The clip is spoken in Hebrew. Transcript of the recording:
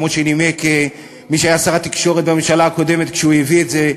כמו שנימק מי שהיה שר התקשורת בממשלה הקודמת כשהוא הביא את זה,